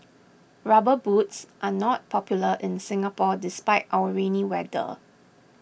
rubber boots are not popular in Singapore despite our rainy weather